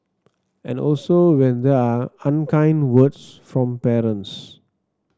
and also when there are unkind words from parents